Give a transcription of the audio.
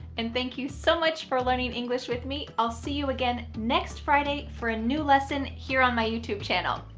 and thank you so much for learning english with me. i'll see you again next friday for a new lesson here on my youtube channel.